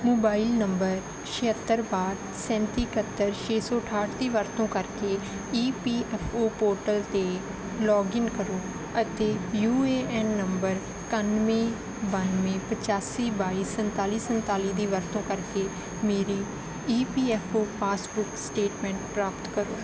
mobile number ਛਿਹੱਤਰ ਬਾਹਠ ਸੈਂਤੀ ਇਕਹੱਤਰ ਛੇ ਸੌ ਅਠਾਹਠ ਦੀ ਵਰਤੋਂ ਕਰਕੇ E P F O portal 'ਤੇ ਲੌਗਇਨ ਕਰੋ ਅਤੇ ਯੂ ਏ ਐਨ ਨੰਬਰ ਇਕਾਨਵੇਂ ਬਾਨਵੇਂ ਪਚਾਸੀ ਬਾਈ ਸੰਤਾਲੀ ਸੰਤਾਲੀ ਦੀ ਵਰਤੋਂ ਕਰਕੇ ਮੇਰੀ E P F O passbook statement ਪ੍ਰਾਪਤ ਕਰੋ